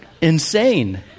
insane